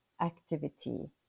activity